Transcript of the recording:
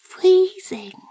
freezing